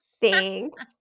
Thanks